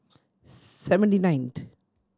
seventy ninth